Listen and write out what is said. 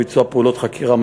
השתפרו בצורה באמת פנטסטית,